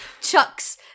Chucks